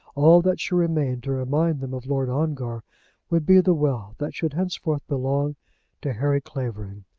all that should remain to remind them of lord ongar would be the wealth that should henceforth belong to harry clavering.